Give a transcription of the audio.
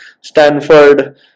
Stanford